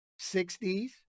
60s